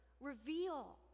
Reveal